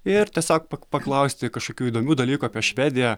ir tiesiog paklausti kažkokių įdomių dalykų apie švediją